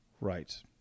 Right